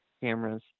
cameras